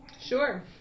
Sure